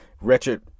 Wretched